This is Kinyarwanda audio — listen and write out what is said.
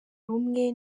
rumwe